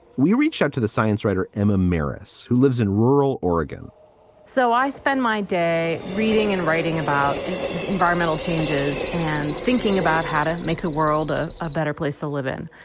we reached out to the science writer emma miras, who lives in rural oregon so i spend my day reading and writing about and environmental changes and thinking about how to make the world a ah better place to live in.